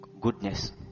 goodness